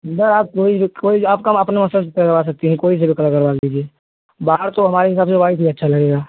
आगर आप कोई कोई आपका अपना मन से करवा सकती हैं कोई सा भी कलर करवा लीजिए बाहर तो हमारे हिसाब से वाइट ही अच्छा लगेगा